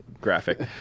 graphic